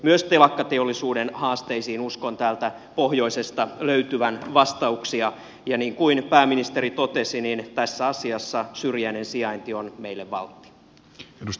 myös telakkateollisuuden haasteisiin uskon täältä pohjoisesta löytyvän vastauksia ja niin kuin pääministeri totesi niin tässä asiassa syrjäinen sijainti on meille valtti